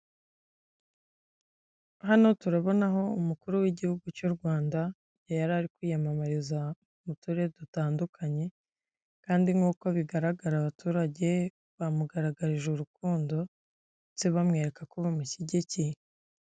Hano turabonaho umukuru w'igihugu cy'u Rwanda, igihe yarari kwiyamamariza mu turere dutandukanye kandi nk'uko bigaragara abaturage bamugaragarije urukundo ndetse bamwereka ko bamushyigikiye.